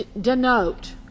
denote